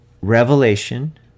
revelation